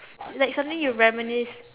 like something you reminisce